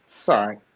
Sorry